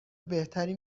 بهتری